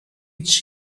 iets